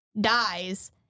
dies